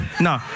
No